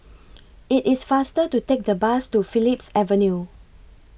IT IS faster to Take The Bus to Phillips Avenue